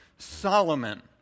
Solomon